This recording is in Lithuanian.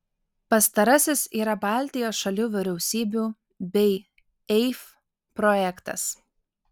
pastarasis yra baltijos šalių vyriausybių bei eif projektas